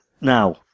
Now